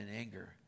anger